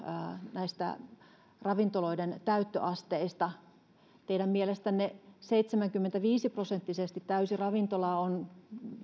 näistä ravintoloiden täyttöasteista teidän mielestänne seitsemänkymmentäviisi prosenttisesti täysi ravintola on